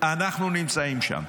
אנחנו נמצאים שם.